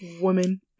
Women